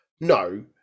no